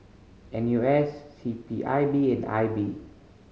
N U S C P I B and I B